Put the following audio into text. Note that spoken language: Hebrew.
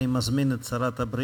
אני מזמין את שרת הבריאות,